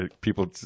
people